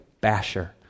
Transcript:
basher